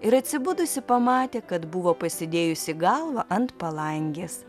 ir atsibudusi pamatė kad buvo pasidėjusi galvą ant palangės